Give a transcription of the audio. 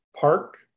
Park